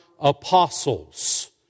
apostles